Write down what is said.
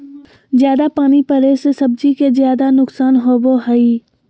जयादा पानी पड़े से सब्जी के ज्यादा नुकसान होबो हइ